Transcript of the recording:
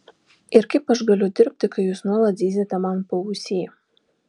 ir kaip aš galiu dirbti kai jūs nuolat zyziate man paausy